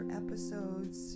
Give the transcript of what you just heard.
episodes